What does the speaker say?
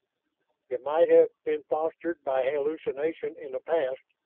it might have been fostered by hallucination in the past,